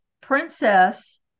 princess